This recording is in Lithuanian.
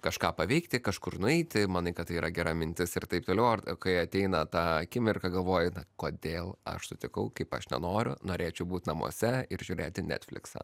kažką paveikti kažkur nueiti manai kad tai yra gera mintis ir taip toliau ar kai ateina ta akimirka galvoji na kodėl aš sutikau kaip aš nenoriu norėčiau būt namuose ir žiūrėti netfliksą